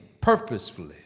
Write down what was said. purposefully